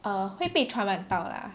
err 会被传染到 lah